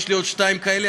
יש לי עוד שתיים כאלה,